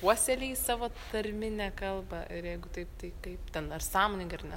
puoselėji savo tarminę kalbą ir jeigu tai tai kaip ten ar sąmoningai ar ne